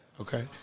Okay